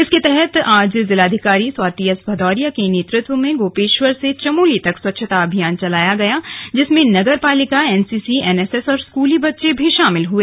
इसके तहत आज जिलाधिकारी स्वाति एस भदौरिया के नेतृत्व में गोपेश्वर से चमोली तक स्वच्छता अभियान चलाया गया जिसमें नगरपालिका एनसीसी एनएसएस और स्कूली बच्चे भी शामिल हुए